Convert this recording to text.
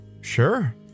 Sure